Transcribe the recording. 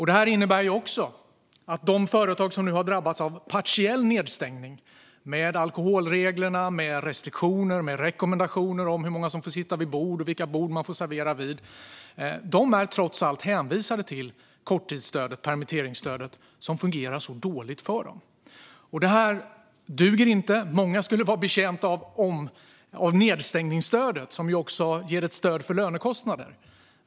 Det innebär att de företag som nu har drabbats av partiell nedstängning - med alkoholregler, restriktioner och rekommendationer om hur många som får sitta vid bord och vid vilka bord man får servera - trots allt är hänvisade till korttidsstödet, permitteringsstödet, som fungerar så dåligt för dem. Detta duger inte. Många skulle vara betjänta av nedstängningsstödet, som ger ett stöd för lönekostnader.